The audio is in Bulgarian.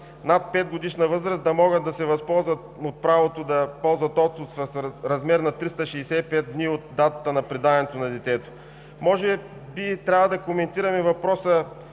над 5-годишна възраст да могат да се възползват от правото да ползват отпуск в размер на 365 дни от датата на предаването на детето. Може би трябва да коментираме въпроса,